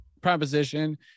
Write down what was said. proposition